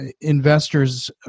investors